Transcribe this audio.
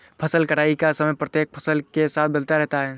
फसल कटाई का समय प्रत्येक फसल के साथ बदलता रहता है